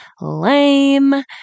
Lame